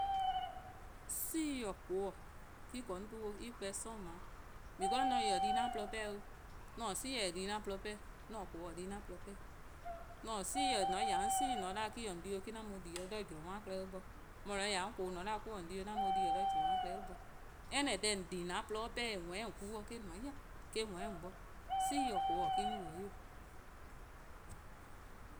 'Si-: :koo:-: me-: :korn 'on 'ton, en kpor+ 'sororn' :daa, because :mor 'on taa-ih di :yee' 'an :porluh 'pehn-dih, :mor 'on :taa 'si-eh di 'an-a' :porluh 'pehn-dih, :mor 'on :taa :koo: di 'an-a' :porluh :pehn-dih, :mor :on :ya 'on 'si :on 'da me-: :on 'di :me-: 'an mu di 'de zorn-a klehkpeh bo, mor :mor :on 'ya 'on :koo: on 'da or-: di 'o or-: 'an mu di-' 'de zorn-a 'we-a' klehkpeh bo, any deh :on di :an :porluh 'pehn-dih :eh nmor 'de :on ku 'zorn dih, eh-: :nmor 'yi-dih, eh-: nmor 'o bo-dih, 'si-: :koo: me-: 'on ybeh 'o.